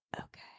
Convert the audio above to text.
okay